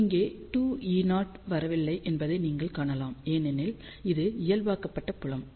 இங்கே 2E0 வரவில்லை என்பதை நீங்கள் காணலாம் ஏனெனில் இது இயல்பாக்கப்பட்ட புலம்